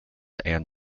and